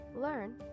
Learn